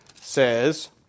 says